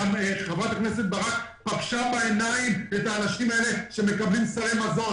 את האנשים האלה שמקבלים סלי מזון